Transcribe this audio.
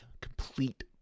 complete